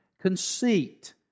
conceit